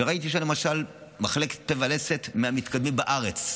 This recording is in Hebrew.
וראיתי שם למשל מחלקת פה ולסת מהמתקדמות בארץ,